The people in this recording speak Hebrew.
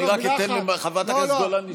אני רק אתן לחברת הכנסת גולן לשאול.